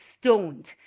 stoned